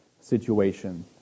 situation